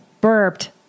burped